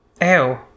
Ew